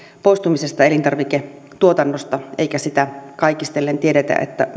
poistumisesta elintarviketuotannosta eikä sitä kaikistellen tiedetä